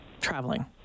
traveling